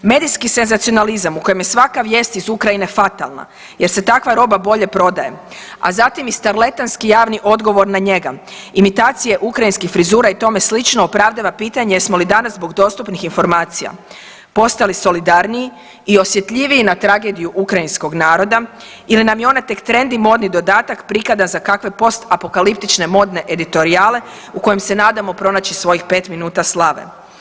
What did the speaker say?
Medijski senzacionalizam u kojem je svaka vijest iz Ukrajine fatalna jer se takva roba bolje prodaje, a zatim i starletanski javni odgovor na njega, imitacije ukrajinskih frizura i tome slično opravdava pitanje jesmo li danas zbog dostupnih informacija postali solidarniji i osjetljiviji na tragediju ukrajinskog naroda ili nam je ona tek trendi modni dodatak prikladan za kakve post apokaliptične modne editorijale u kojem se nadamo pronaći svojih pet minuta slave.